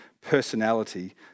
personality